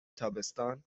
تابستان